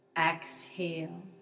exhale